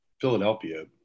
Philadelphia